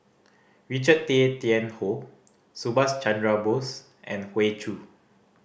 Richard Tay Tian Hoe Subhas Chandra Bose and Hoey Choo